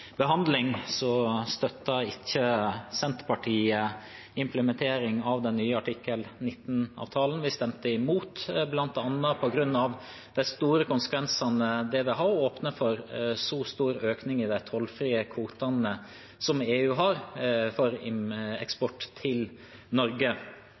behandling, støttet ikke Senterpartiet implementering av den nye artikkel 19-avtalen. Vi stemte imot, bl.a. på grunn av de store konsekvensene det vil ha å åpne for så stor økning i de tollfrie kvotene som EU har, for